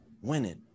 winning